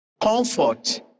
Comfort